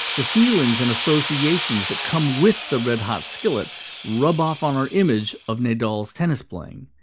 the feelings and associations that come with the red-hot skillet rub off on our image of nadal's tennis playing.